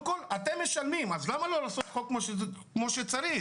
אתם משלמים את זה, אז למה לא לעשות חוק כמו שצריך?